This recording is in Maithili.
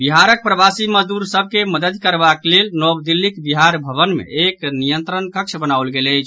बिहारक प्रवासी मजदूर सभ के मददि करबाक लेल नव दिल्लीक बिहार भवन मे एक नियंत्रण कक्ष बनाओल गेल अछि